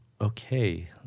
okay